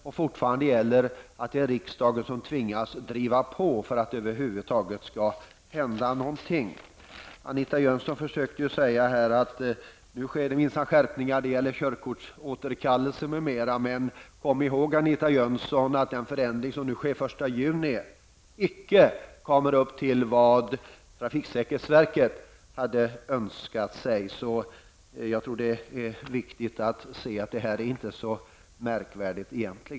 Riksdagen tvingas fortfarande att driva på för att det över huvud taget skall hända någonting. Anita Jönsson försökte säga här, att nu sker det minsann skärpningar, det gäller körkortsåterkallelse m.m. Men kom ihåg, Anita Jönsson, att den förändring som nu sker den 1 juni icke kommer upp till vad trafiksäkerhetsverket hade önskat sig. Jag tror att det är viktigt att se att detta egentligen inte är så märkvärdigt.